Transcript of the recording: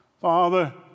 Father